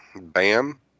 bam